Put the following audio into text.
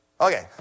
Okay